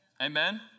amen